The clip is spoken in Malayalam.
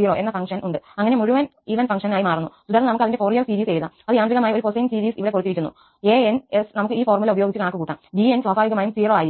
0 എന്ന ഫംഗ്ഷൻ ഉണ്ട് അങ്ങനെ മുഴുവൻ ഫങ്ക്ഷന്function ഒരു ഈവൻ ഫങ്ക്ഷന് മാറുന്നു തുടർന്ന് നമുക്ക് അതിന്റെ ഫോറിയർ സീരീസ് എഴുതാം അത് യാന്ത്രികമായി ഒരു കൊസൈൻ സീരീസ് ഇവിടെ കൊടുത്തിരിക്കുന്നു ആരുടെ an 'sനമുക്ക് ഈ ഫോർമുല ഉപയോഗിച്ച് കണക്കുകൂട്ടാം 𝑏𝑛′𝑠 സ്വാഭാവികമായും 0 ആയിരിക്കും